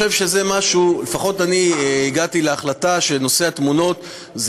לפחות אני הגעתי להחלטה שנושא התמונות הוא